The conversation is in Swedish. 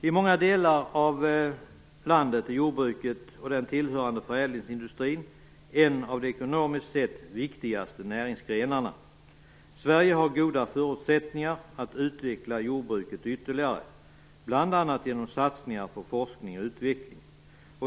I många delar av landet är jordbruket och den därtill hörande förädlingsindustrin en av de ekonomiskt sett viktigaste näringsgrenarna. Sverige har goda förutsättningar att utveckla jordbruket ytterligare, bl.a. genom satsningar på forskning och utveckling.